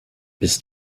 bist